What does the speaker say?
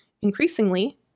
Increasingly